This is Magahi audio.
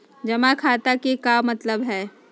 जमा खाता के का मतलब हई?